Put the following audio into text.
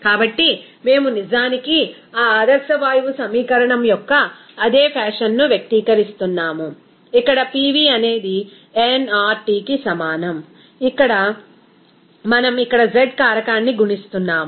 కాబట్టి మేము నిజానికి ఆ ఆదర్శ వాయువు సమీకరణం యొక్క అదే ఫ్యాషన్ను వ్యక్తీకరిస్తున్నాము ఇక్కడ PV అనేది nRTకి సమానం ఇక్కడ మనం ఇక్కడ z కారకాన్ని గుణిస్తున్నాము